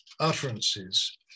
utterances